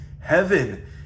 heaven